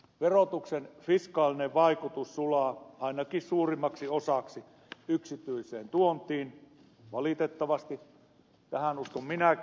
verotuksen fiskaalinen vaikutus sulaa ainakin suurimmaksi osaksi yksityiseen tuontiin valitettavasti tähän uskon minäkin